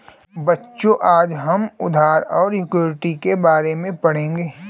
बच्चों आज हम उधार और इक्विटी के बारे में पढ़ेंगे